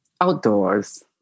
Outdoors